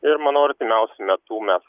ir manau artimiausiu metu mes